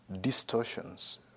distortions